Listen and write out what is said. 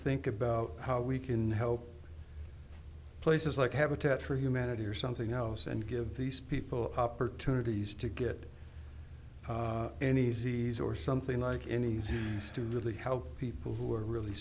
think about how we can help places like habitat for humanity or something else and give these people opportunities to get any z's or something like any z has to really help people who are really